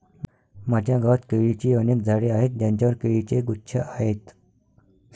माझ्या गावात केळीची अनेक झाडे आहेत ज्यांवर केळीचे गुच्छ आहेत